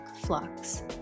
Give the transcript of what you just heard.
Flux